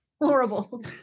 Horrible